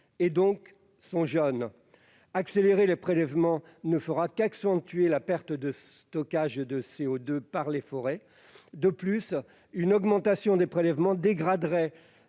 et, donc, sont jeunes. Accélérer les prélèvements ne fera qu'accentuer la perte de stockage de CO2 par les forêts. De plus, une augmentation des prélèvements dégraderait